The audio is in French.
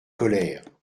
colère